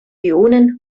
ionen